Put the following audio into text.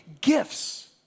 gifts